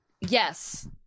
yes